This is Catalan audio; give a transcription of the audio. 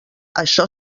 això